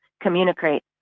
communicate